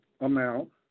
amount